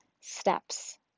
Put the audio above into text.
steps